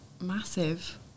massive